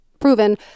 proven